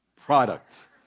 product